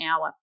hour